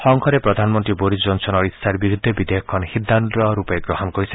সংসদে প্ৰধানমন্ত্ৰী বৰিছ জনছনৰ ইচ্ছাৰ বিৰুদ্ধে বিধেয়কখন সিদ্ধান্তৰূপে গ্ৰহণ কৰিছে